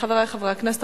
חברי חברי הכנסת,